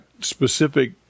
specific